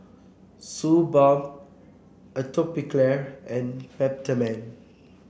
Suu Balm Atopiclair and Peptamen